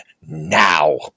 now